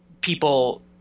people